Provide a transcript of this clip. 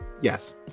yes